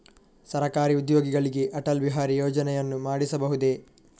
ಸರಕಾರಿ ಉದ್ಯೋಗಿಗಳಿಗೆ ಅಟಲ್ ಬಿಹಾರಿ ಯೋಜನೆಯನ್ನು ಮಾಡಿಸಬಹುದೇ?